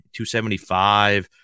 275